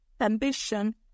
ambition